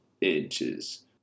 inches